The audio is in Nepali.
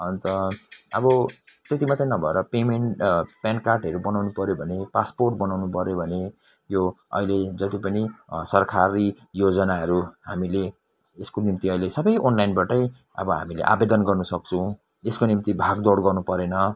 अन्त अब त्यति मात्रै नभएर पेमेन्ट प्यान कार्डहरू बनाउनु पऱ्यो भने पासपोर्ट बनाउनु पऱ्यो भने यो अहिले जति पनि सरकारी योजनाहरू हामीले यसको निम्ति अहिले सबै अनलाइनबाटै अब हामीले आवेदन गर्नुसक्छौँ यसको निम्ति भागदौड गर्नु परेन